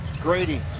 grady